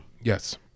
Yes